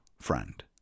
friend